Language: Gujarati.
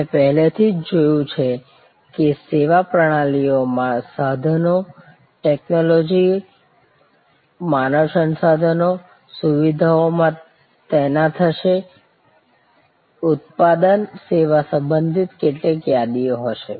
આપણે પહેલાથી જ જોયું છે કે સેવા પ્રણાલીઓમાં સાધનો ટેકનોલોજી માનવ સંસાધનો સુવિધાઓમાં તૈનાત હશે ઉત્પાદન સેવા સંબંધિત કેટલીક યાદી હશે